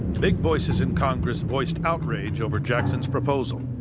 big voices in congress voiced outrage over jackson's proposal